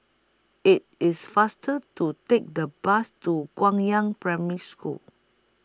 IT IS faster to Take The Bus to Gong Yang Primary School